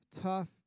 tough